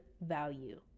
value